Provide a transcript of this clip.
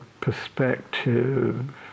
perspective